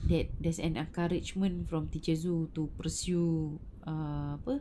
that there's an encouragement from teacher zul to pursue err apa